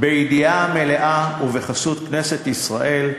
בידיעתה מלאה ובחסותה של כנסת ישראל.